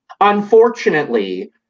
Unfortunately